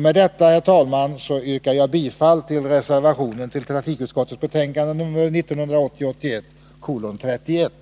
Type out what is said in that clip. Med detta, herr talman, yrkar jag bifall till reservationen i trafikutskottets betänkande nr 1980/81:31.